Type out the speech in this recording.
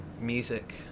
music